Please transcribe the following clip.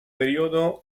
periodo